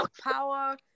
power